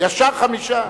ישר חמישה?